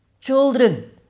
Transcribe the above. children